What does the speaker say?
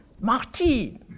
Martin